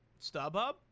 StubHub